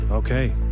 Okay